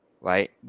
Right